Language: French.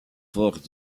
forts